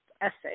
essay